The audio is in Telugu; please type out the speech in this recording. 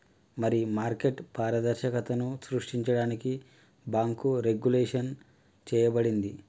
మరి మార్కెట్ పారదర్శకతను సృష్టించడానికి బాంకు రెగ్వులేషన్ చేయబడింది